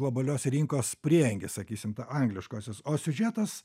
globalios rinkos prieangį sakysim tą angliškosios o siužetas